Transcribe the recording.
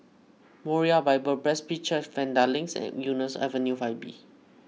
Moriah Bible Presby Church Vanda Link and Eunos Avenue five B